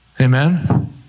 Amen